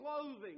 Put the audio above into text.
clothing